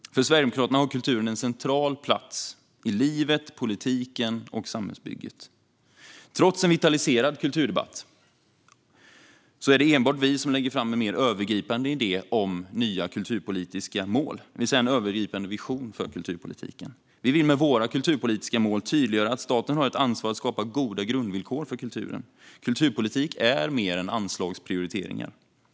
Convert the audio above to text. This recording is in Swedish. För Sverigedemokraterna har kulturen en central plats i livet, politiken och samhällsbygget. Trots en vitaliserad kulturdebatt är det enbart vi som lägger fram en mer övergripande idé om nya kulturpolitiska mål, det vill säga en övergripande vision för kulturpolitiken. Vi vill med våra kulturpolitiska mål tydliggöra att staten har ett ansvar för att skapa goda grundvillkor för kulturen. Kulturpolitik är mer än anslagsprioriteringar.